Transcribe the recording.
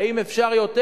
האם אפשר יותר?